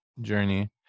journey